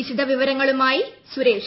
വിശദവിവരങ്ങളുമായി സുരേഷ്